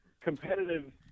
competitive